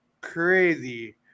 crazy